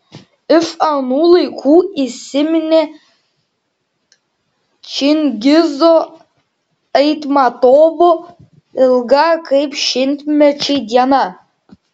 iš anų laikų įsiminė čingizo aitmatovo ilga kaip šimtmečiai diena